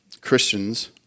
Christians